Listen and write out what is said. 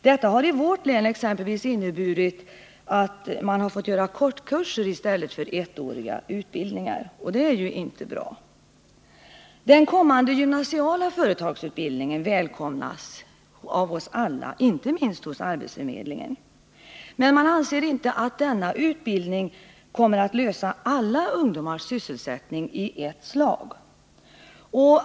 Detta har exempelvis i vårt län inneburit att man fått göra kortkurser i stället för ettårig utbildning, och det är ju inte bra. Den kommande gymnasiala företagsutbildningen välkomnas av oss alla — inte minst på arbetsförmedlingen. Men man anser inte att denna utbildning kommer att lösa alla ungdomars sysselsättningsproblem i ett slag.